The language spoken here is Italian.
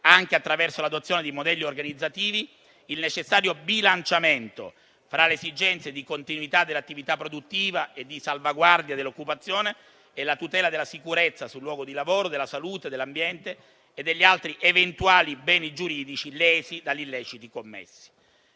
anche attraverso l'adozione di modelli organizzativi, il necessario bilanciamento fra le esigenze di continuità dell'attività produttiva e di salvaguardia dell'occupazione e la tutela della sicurezza sul luogo di lavoro, della salute, dell'ambiente e degli altri eventuali beni giuridici lesi dagli illeciti commessi.